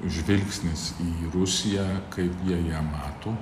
žvilgsnis į rusiją kaip jie ją mato